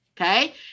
okay